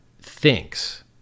thinks